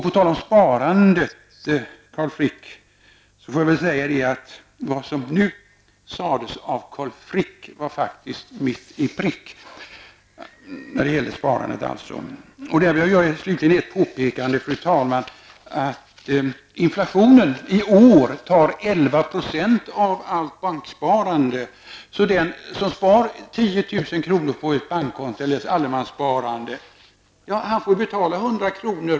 På tal om sparande, Carl Frick, får man väl säga att vad som nu sades av Carl Frick faktiskt var mitt i prick. Slutligen vill jag, fru talman, göra det påpekandet att inflationen i år tar 11 % av allt banksparande, så den som spar 10 000 kr. på ett bankkonto eller ett allemanssparkonto får betala 100 kr.